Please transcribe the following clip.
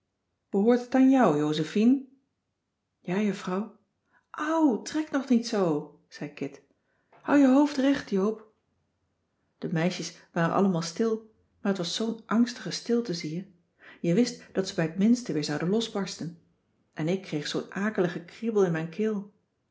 behoort het aan jou josephine ja juffrouw au trek toch niet zoo zei kit houd je hoofd recht joop de meisjes waren allemaal stil maar t was zoo'n angstige stilte zie je je wist dat ze bij t minste weer zouden losbarsten en ik kreeg zoo'n akelige kriebel in mijn keel